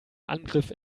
angriff